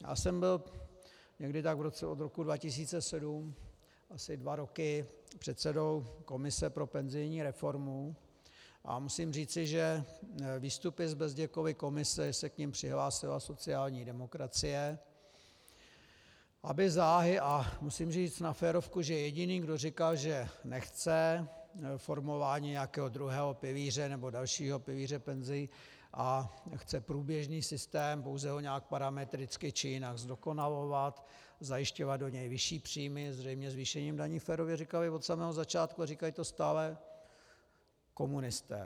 Já jsem byl někdy od roku 2007 asi dva roky předsedou komise pro penzijní reformu a musím říci, že výstupy z Bezděkovy komise, jak se k nim přihlásila sociální demokracie, aby záhy, a musím říct na férovku, že jediným, kdo říkal, že nechce formování nějakého druhého pilíře, nebo dalšího pilíře penzí a chce průběžný systém, pouze ho nějak parametricky či jinak zdokonalovat, zajišťovat do něj vyšší příjmy, zřejmě zvýšením daní, férově říkali od samého začátku a říkají to stále komunisté.